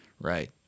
Right